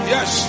Yes